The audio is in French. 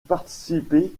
participé